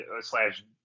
slash